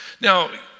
Now